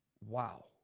Wow